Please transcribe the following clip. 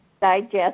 digest